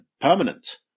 permanent